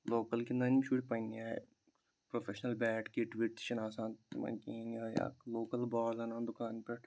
local گِنٛدان یِم شُرۍ پَنٕنہِ آیہِ پرٛوفیشنَل بیٹ کِٹ وِٹ تہِ چھِنہٕ آسان یِمَن کِہیٖنٛۍ یِہَے اَکھ لوکَل بال اَنان دُکان پٮ۪ٹھ